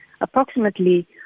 Approximately